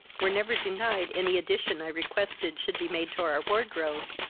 were never denied any addition i requested should be made to our wardrobe,